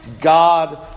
God